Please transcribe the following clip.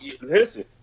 listen